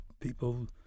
people